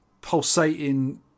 pulsating